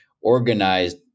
organized